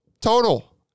total